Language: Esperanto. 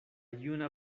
juna